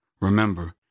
Remember